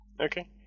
Okay